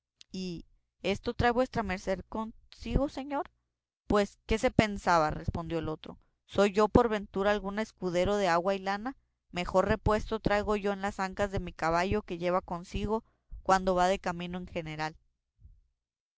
y esto trae vuestra merced consigo señor pues qué se pensaba respondió el otro soy yo por ventura algún escudero de agua y lana mejor repuesto traigo yo en las ancas de mi caballo que lleva consigo cuando va de camino un general